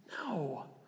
no